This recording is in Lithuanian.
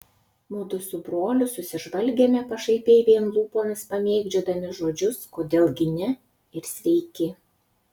mudu su broliu susižvalgėme pašaipiai vien lūpomis pamėgdžiodami žodžius kodėl gi ne ir sveiki